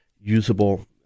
usable